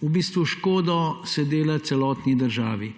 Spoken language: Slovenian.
v bistvu škodo se dela celotni državi.